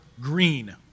green